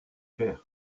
cher